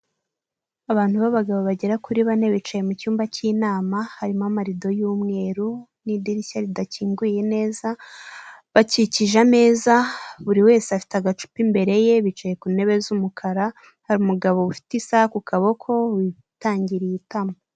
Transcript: Abantu b'abagabo bagera kuri bane bicaye mucyumba cy'inama harimo amarido y'umweru n'idirishya ridakinguye neza , bakikije ameza buri wese afite agacupa imbere ye bicaye ku ntebe z'umukara hari umugabo ufite isaha ku kaboko witangiriye itama .